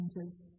changes